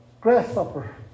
grasshopper